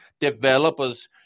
developers